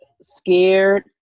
Scared